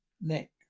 neck